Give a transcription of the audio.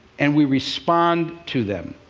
and we respond to them.